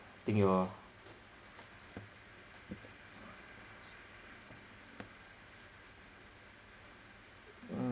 think your mm